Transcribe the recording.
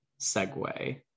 segue